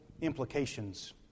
implications